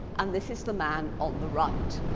and this is the man on the right,